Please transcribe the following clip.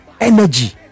energy